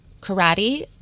karate